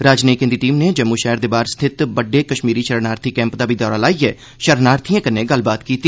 राजनायिकें दी टीम नै जम्मू शैहर दे बाहर स्थित बड्डे कश्मीरी शरणार्थी कैंप दा बी दौरा लाईयै शरणार्थियें कन्नै गल्लबात कीती